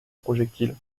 projectile